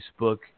Facebook